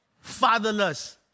fatherless